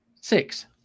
six